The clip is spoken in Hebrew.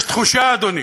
יש תחושה, אדוני,